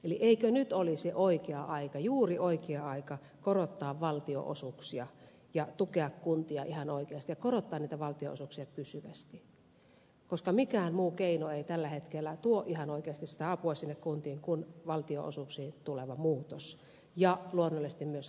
eli eikö nyt olisi oikea aika juuri oikea aika korottaa valtionosuuksia ja tukea kuntia ihan oikeasti ja korottaa niitä valtionosuuksia pysyvästi koska mikään muu keino ei tällä hetkellä tuo ihan oikeasti sitä apua sinne kuntiin kuin valtionosuuksiin tuleva muutos ja luonnollisesti myös harkinnanvarainen apu